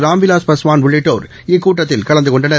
ராம்விலாஸ் பாஸ்வான் உள்ளிட்டோர் இக்கூட்டத்தில் கலந்து கொண்டனர்